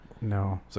No